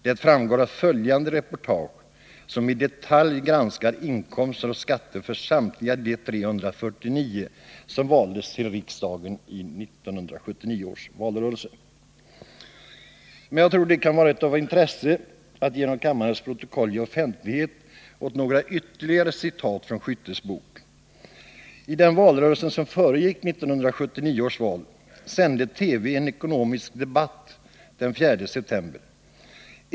Det framgår av följande reportage som i detalj granskar inkomster och skatter för samtliga de 349 som valdes till riksdagen 1979.” Jag tror att det kan vara av intresse att genom kammarens protokoll ge offentlighet åt några ytterligare citat från Skyttes bok. I den valrörelse som föregick 1979 års val sände TV en ekonomisk debatt den 4 september.